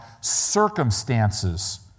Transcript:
circumstances